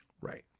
Right